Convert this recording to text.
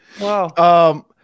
Wow